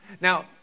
Now